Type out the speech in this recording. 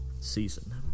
season